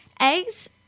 eggs